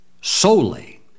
solely